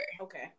Okay